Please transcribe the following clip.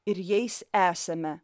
ir jais esame